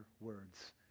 words